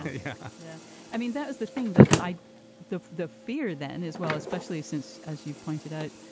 yeah, yeah i mean, that is the thing that i the the fear then as well, especially since, as you've pointed out,